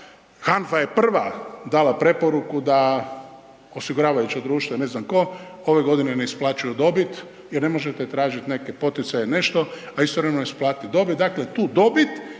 HANFA je prva dala preporuku da osiguravajuća društva i ne znam tko ove godine ne isplaćuju dobit jer ne možete tražiti neke poticaje i nešto, a istovremeno isplatiti dobit,